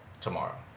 Tomorrow